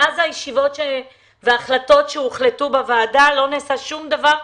מאז הישיבות וההחלטות שהוחלטו בוועדה לא נעשה שום דבר,